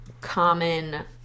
common